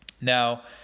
Now